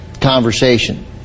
conversation